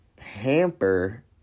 hamper